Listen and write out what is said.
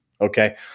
Okay